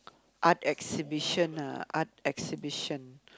art exhibition ah art exhibition